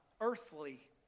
earthly